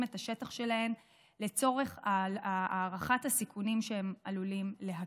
את השטח שלהן לצורך הערכת הסיכונים שהם עלולים להקים.